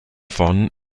von